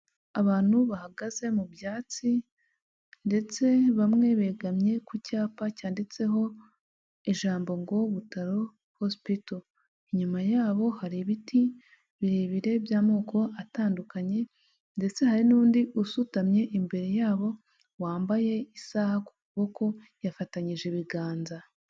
Abantu bahagaze mu byatsi ndetse bamwe begamye ku cyapa cyanditseho ijambo ngo butaro hospital, inyuma yabo hari ibiti birebire by'amoko atandukanye ndetse hari n'undi usutamye imbere yabo wambaye isaha ku kuboko yafatanyije ibiganza.